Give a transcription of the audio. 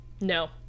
No